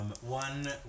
One